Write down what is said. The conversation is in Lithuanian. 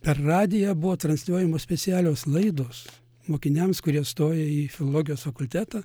per radiją buvo transliuojamos specialios laidos mokiniams kurie stoja į filologijos fakultetą